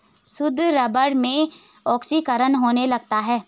शुद्ध रबर में ऑक्सीकरण होने लगता है